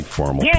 formal